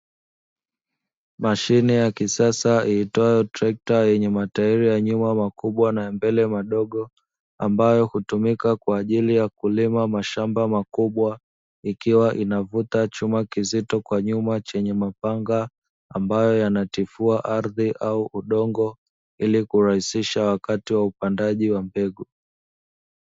Mashine ya kisasa iitwayo trekta yenye matairi ya nyuma makubwa na ya mbele madogo, ambayo hutumika kwa ajili ya kulima mashamba makubwa ikiwa inavuta chuma kizito kwa nyuma chenye mapanga ambayo yanatitua ardhi au udongo ili kurahisisha wakati wa upandaji wa mbegu.